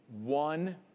One